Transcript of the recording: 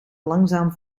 langzaam